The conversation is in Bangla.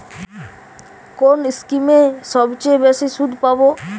কোন স্কিমে সবচেয়ে বেশি সুদ পাব?